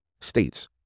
states